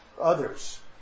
others